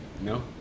No